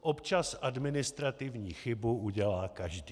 Občas administrativní chybu udělá každý.